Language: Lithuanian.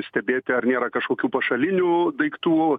stebėti ar nėra kažkokių pašalinių daiktų